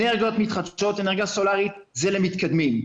אנרגיות מתחדשות, אנרגיה סולרית, זה למתקדמים.